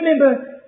remember